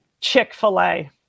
Chick-fil-A